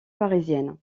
parisienne